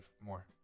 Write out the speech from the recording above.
more